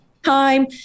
time